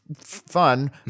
fun